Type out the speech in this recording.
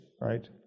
right